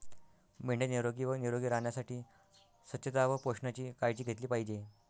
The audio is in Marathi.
मेंढ्या निरोगी व निरोगी राहण्यासाठी स्वच्छता व पोषणाची काळजी घेतली पाहिजे